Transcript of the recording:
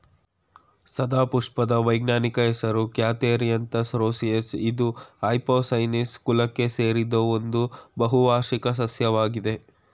ಸದಾಪುಷ್ಪದ ವೈಜ್ಞಾನಿಕ ಹೆಸರು Catharanthus roseus ಇದು ಎಪೋಸೈನೇಸಿ ಕುಲಕ್ಕೆ ಸೇರಿದ್ದು ಒಂದು ಬಹುವಾರ್ಷಿಕ ಸಸ್ಯವಾಗಿದೆ